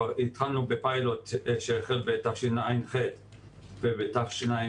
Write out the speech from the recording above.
כבר התחלנו בפיילוט שהחל בתשע"ח ובתשע"ט,